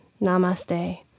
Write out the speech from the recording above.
Namaste